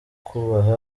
kubaha